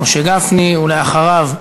משה גפני, ואחריו,